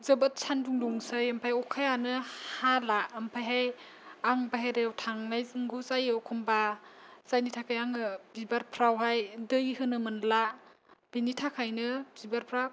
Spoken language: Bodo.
जोबोद सान्दुं दुंसै ओमफ्राय अखायानो हाला ओमफ्रायहाय आं बाहेरायाव थांनाय जायो एखमबा जायनि थाखाय आङो बिबारफोरावहाय दै होनो मोनला बिनि थाखायनो बिबारफोरा